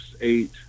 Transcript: eight